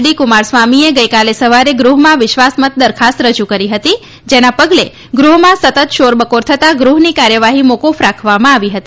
D Kumar સ્વામીએ ગઇકાલે સવારે ગૃહમાં વિશ્વાસ મત દરખાસ્ત રજુ કરી હતી જેના પગલે ગૃહમાં સતત શોરબકોર થતાં ગૃહની કાર્યવાહી મોકુફ રાખવામાં આવી હતી